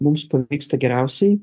mums pavyksta geriausiai